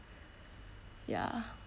yah